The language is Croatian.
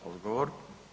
Odgovor.